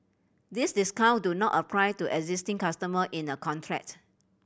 these discount do not apply to existing customer in a contract